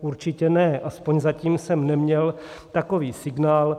Určitě ne, aspoň zatím jsem neměl takový signál.